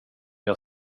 jag